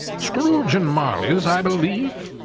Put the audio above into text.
scrooge and marley's, i believe,